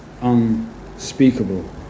unspeakable